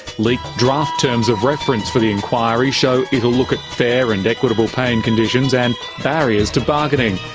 leaked draft terms of reference for the inquiry show it'll look at fair and equitable pay and conditions and barriers to bargaining.